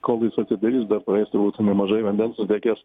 kol jis atsidarys dar praeis turbūt nemažai vandens nutekės